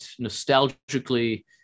nostalgically